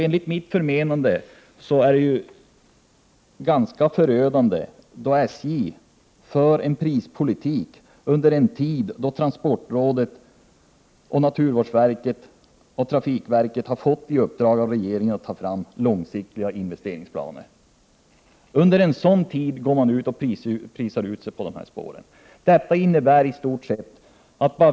Enligt mitt förmenande är det förödande då SJ driver denna prispolitik. Under en tid då transportrådet, naturvårdsverket och trafikverken har fått i uppdrag av regeringen att ta fram långsiktiga investeringsplaner, prisar SJ ut sig när det gäller de här spåren.